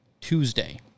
Tuesday